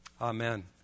Amen